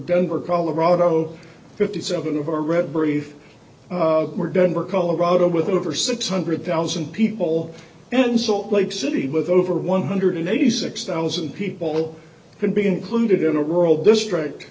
denver colorado fifty seven of our red brief were denver colorado with over six hundred thousand people and salt lake city with over one hundred eighty six thousand people can be included in a rural district